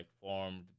formed